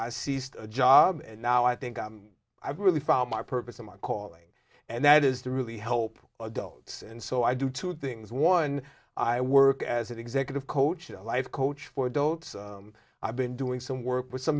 i seized a job and now i think i've really found my purpose in my calling and that is to really help adults and so i do two things one i work as an executive coach a life coach for adults i've been doing some work with some